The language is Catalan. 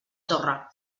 torre